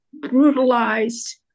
brutalized